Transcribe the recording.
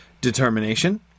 determination